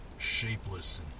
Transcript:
...shapeless